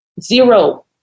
zero